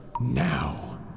now